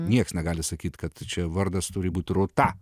nieks negali sakyti kad čia vardas turi būti rūta